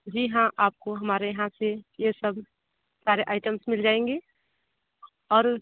जी हाँ आपको हमारे यहाँ से ये सब सारे आइटम्स मिल जाएंगे और